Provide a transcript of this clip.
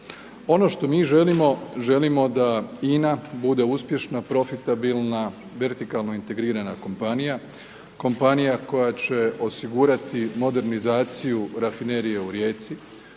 Ono što mi želimo, želimo da INA bude uspješna, profitabilna, vertikalno integrirana kompanija, kompanija koja će osigurati modernizaciju Rafinerije u Rijeci,